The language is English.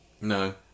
No